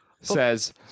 says